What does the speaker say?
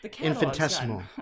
infinitesimal